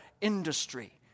industry